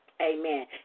Amen